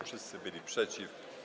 Wszyscy byli przeciw.